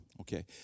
Okay